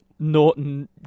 Norton